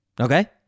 okay